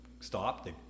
stopped